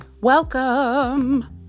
Welcome